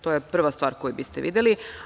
To je prva stvar koju biste videli.